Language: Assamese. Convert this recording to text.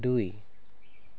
দুই